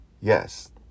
Yes